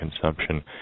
consumption